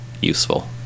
useful